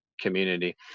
community